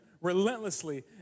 relentlessly